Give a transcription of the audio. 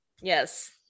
yes